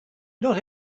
not